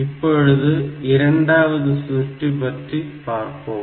இப்பொழுது இரண்டாவது சுற்று பற்றி பார்ப்போம்